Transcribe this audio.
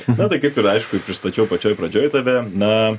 na tai kaip ir aišku pristačiau pačioj pradžioj tave na